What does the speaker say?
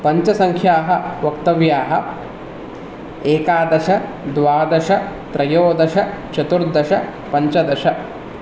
पञ्चसङ्ख्याः वक्तव्याः एकादश द्वादश त्रयोदश चतुर्दश पञ्चदश